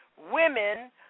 women